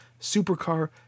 supercar